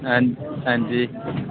हां हां जी